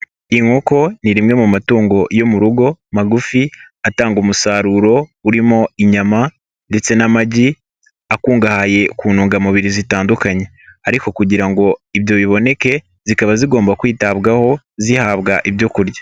Inkoko ni rimwe mu matungo yo mu rugo magufi, atanga umusaruro urimo inyama ndetse n'amagi, akungahaye ku ntungamubiri zitandukanye ariko kugira ngo ibyo biboneke zikaba zigomba kwitabwaho zihabwa ibyo kurya.